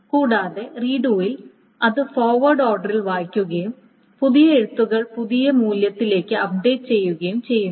കൂടാതെ റീഡുയിൽ അത് ഫോർവേഡ് ഓർഡറിൽ വായിക്കുകയും പുതിയ എഴുത്തുകൾ പുതിയ മൂല്യത്തിലേക്ക് അപ്ഡേറ്റ് ചെയ്യുകയും ചെയ്യുന്നു